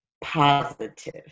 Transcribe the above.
positive